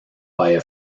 via